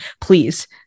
Please